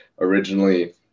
Originally